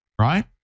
right